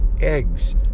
eggs